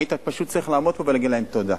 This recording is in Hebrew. היית פשוט צריך לעמוד פה ולהגיד להם תודה,